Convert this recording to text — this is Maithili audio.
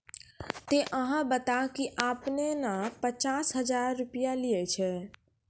ते अहाँ बता की आपने ने पचास हजार रु लिए छिए?